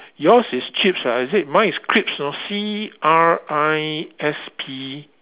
yours is chips ah is it mine is crisp you know C R I S P